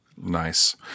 Nice